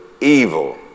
evil